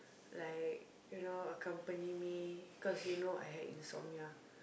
like you know accompany me cause you know I had insomnia